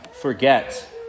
forget